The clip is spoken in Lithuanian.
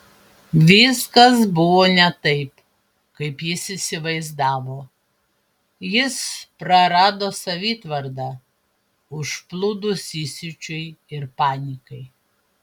viskas buvo ne taip kaip jis įsivaizdavo jis prarado savitvardą užplūdus įsiūčiui ir panikai